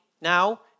now